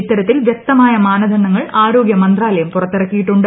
ഇത്തരത്തിൽ വ്യക്തമായ മാനദണ്ഡങ്ങൾ ആരോഗ്യ മന്ത്രാലയം പുറത്തിറക്കിയിട്ടുണ്ട്